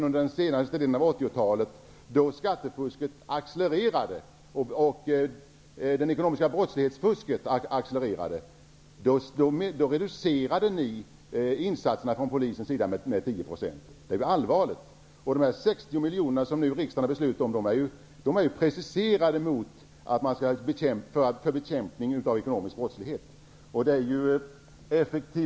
Under den senare delen av 80 talet, då skattefusket och den ekonomiska brottsligheten accelererade, reducerade ni resurserna till polisen med 10 %. Det var allvarligt. De 60 miljonerna som riksdagen nu har beslutat om är preciserade att användas för bekämpning av ekonomisk brottslighet.